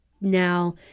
now